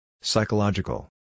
Psychological